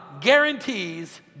guarantees